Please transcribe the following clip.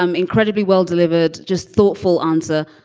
um incredibly well-delivered, just thoughtful answer.